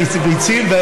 הציל,